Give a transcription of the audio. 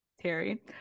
terry